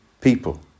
people